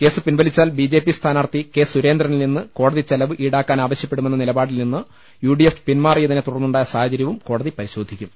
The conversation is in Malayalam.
കേസ് പിൻവലിച്ചാൽ ബി ജെ പി സ്ഥാനാർത്ഥി കെ സുരേന്ദ്രനിൽ നിന്ന് കോടതിചെലവ് ഈടാക്കാ നാവശ്യപ്പെടുമെന്ന നിലപാടിൽ നിന്ന് യു ഡി എഫ് പിൻമാറിയതിനെ തുടർന്നുണ്ടായ സാഹചര്യവും കോടതി പരിശോധിയ്ക്കും